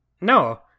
No